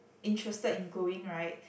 interested in going right